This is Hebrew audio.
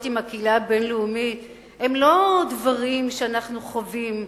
עם הקהילה הבין-לאומית הם לא דברים שאנחנו חווים,